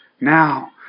Now